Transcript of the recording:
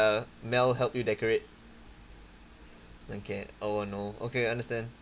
uh mel help you decorate wen kiat oh no okay understand